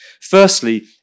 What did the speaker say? Firstly